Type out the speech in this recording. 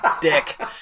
Dick